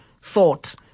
thought